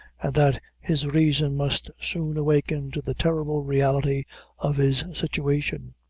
and that his reason must soon awaken to the terrible reality of his situation.